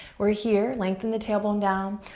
we're here, lengthen the tailbone down.